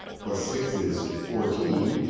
plus six is fourteen,